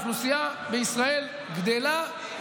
האוכלוסייה בישראל גדלה,